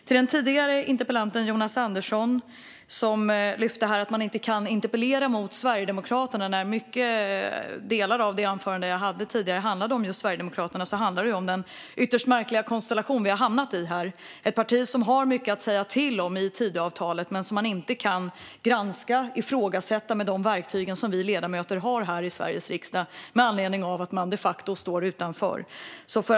Sedan vänder jag mig till Jonas Andersson, som ansåg att man inte kan väcka interpellationer som riktar sig till Sverigedemokraterna. Delar av mitt tidigare anförande handlade om den ytterst märkliga konstellation vi har hamnat i här. Sverigedemokraterna är ett parti som har mycket att säga till om i Tidöavtalet, men det går inte att granska och ifrågasätta vad partiet har att säga till om med hjälp av de verktyg som vi ledamöter i Sveriges riksdag har tillgång till med anledning av att partiet de facto står utanför regeringen.